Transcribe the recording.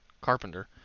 Carpenter